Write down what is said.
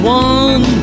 one